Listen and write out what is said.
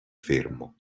fermo